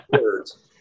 words